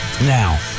Now